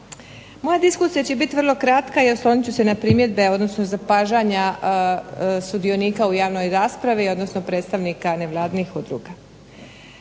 Moja diskusija će biti vrlo kratka i osloniti ću se na primjedbe, odnosno zapažanja sudionika u javnoj raspravi, odnosno predstavnika nevladinih udruga.